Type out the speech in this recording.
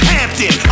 Hampton